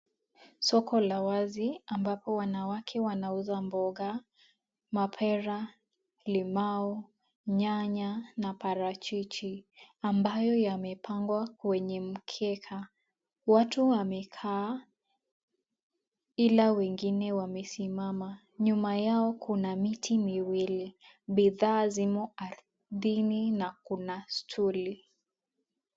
Soko la wazi, ambapo wanawake wanauza mboga, mapera, limau, nyanya na parachichi, ambayo yamepangwa kwenye mkeka. Watu wamekaa, ila wengine wamesimama. Nyuma yao kuna miti miwili. Bidhaa zimo ardhini na kuna stuli.